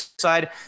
side